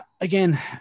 again